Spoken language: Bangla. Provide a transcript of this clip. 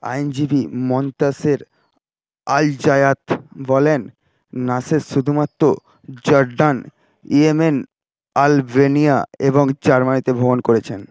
আইনজীবী মনতাসের আল জায়াত বলেন নাসের শুধুমাত্র জর্ডান ইয়েমেন আলবেনিয়া এবং জার্মানি তে ভ্রমণ করেছেন